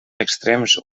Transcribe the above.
extrems